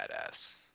badass